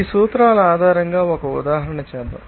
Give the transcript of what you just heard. ఈ సూత్రాల ఆధారంగా ఒక ఉదాహరణ చేద్దాం